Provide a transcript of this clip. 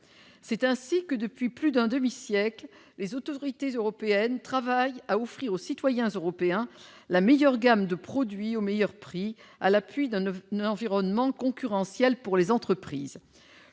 C'est ainsi que, depuis plus d'un demi-siècle, les autorités européennes travaillent à offrir aux citoyens européens la meilleure gamme de produits au meilleur prix, à l'appui d'un environnement concurrentiel pour les entreprises.